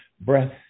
breath